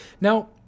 Now